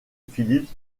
phillips